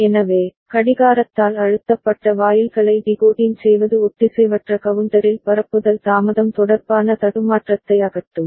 எனவே கடிகாரத்தால் அழுத்தப்பட்ட வாயில்களை டிகோடிங் செய்வது ஒத்திசைவற்ற கவுண்டரில் பரப்புதல் தாமதம் தொடர்பான தடுமாற்றத்தை அகற்றும்